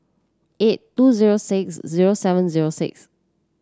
eight two zero six zero seven zero six